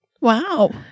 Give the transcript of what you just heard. Wow